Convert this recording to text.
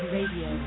Radio